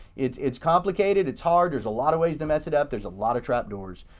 it's it's complicated. it's hard. there's a lot of ways to mess it up. there's a lot of trap doors.